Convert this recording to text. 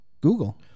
Google